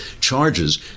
charges